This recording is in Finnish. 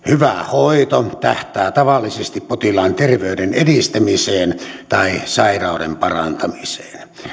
hyvä hoito tähtää tavallisesti potilaan terveyden edistämiseen tai sairauden parantamiseen